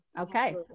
Okay